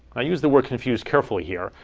i use the word confused careful here.